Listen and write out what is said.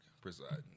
presiding